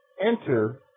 enter